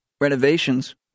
renovations